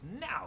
now